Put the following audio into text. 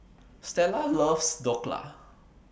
Stella loves Dhokla